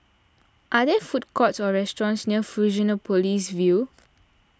are there food courts or restaurants near Fusionopolis View